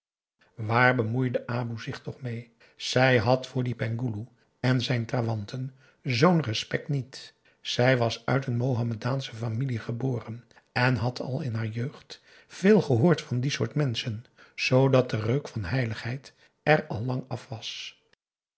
waar bemoeide aboe zich toch mee zij had voor dien penghoeloe en zijn trawanten zoo'n respect niet zij was uit een mohammedaansche familie geboren en had al in haar jeugd veel gehoord van die soort menschen zoodat de reuk van heiligheid er al lang af